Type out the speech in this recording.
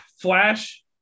flash